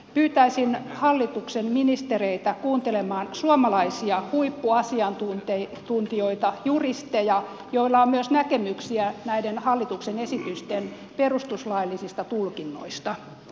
pyytäisin hallituksen ministereitä kuuntelemaan suomalaisia huippuasiantuntijoita juristeja joilla on näkemyksiä myös näiden hallituksen esitysten perustuslaillisista tulkinnoista